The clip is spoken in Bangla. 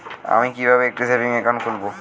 আমি কিভাবে একটি সেভিংস অ্যাকাউন্ট খুলব?